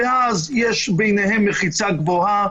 ואז יש ביניהם מחיצה גבוהה,